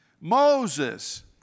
Moses